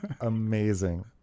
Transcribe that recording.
amazing